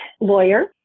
lawyer